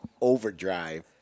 Overdrive